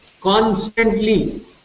constantly